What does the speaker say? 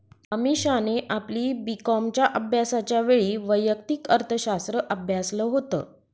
अमीषाने आपली बी कॉमच्या अभ्यासाच्या वेळी वैयक्तिक अर्थशास्त्र अभ्यासाल होत